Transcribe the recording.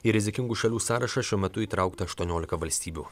į rizikingų šalių sąrašą šiuo metu įtraukta aštuoniolika valstybių